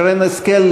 שרן השכל,